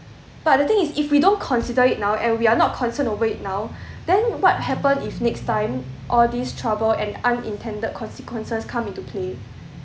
but the thing is if we don't consider it now and we are not concerned over it now then what happen if next time all this trouble and unintended consequences come into play